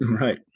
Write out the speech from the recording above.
right